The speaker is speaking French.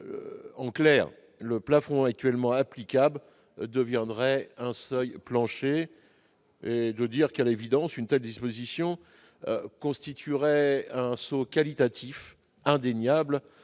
En clair, le plafond actuellement applicable deviendrait un seuil plancher. À l'évidence, une telle disposition constituerait un saut qualitatif indéniable